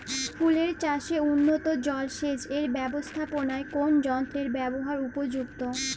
ফুলের চাষে উন্নত জলসেচ এর ব্যাবস্থাপনায় কোন যন্ত্রের ব্যবহার উপযুক্ত?